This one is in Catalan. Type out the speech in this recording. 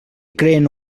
creen